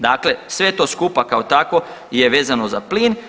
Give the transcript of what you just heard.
Dakle, sve to skupa kao takvo je vezano za plin.